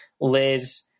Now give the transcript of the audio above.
Liz